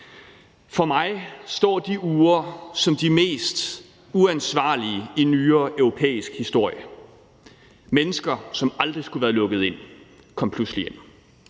For mig står de uger som de mest uansvarlige i nyere europæisk historie. Mennesker, som aldrig skulle have været lukket ind, kom pludselig ind